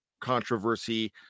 controversy